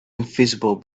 invisible